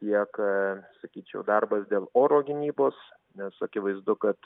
tiek sakyčiau darbas dėl oro gynybos nes akivaizdu kad